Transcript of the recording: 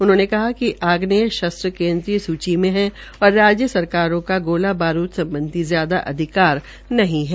उन्होंने कहा कि आग्नेय शस्त्र केन्द्रीय सूची मे है और राज्य सरकारो का गोला बारूद्व सम्बधी ज्यादा अधिकार नहीं है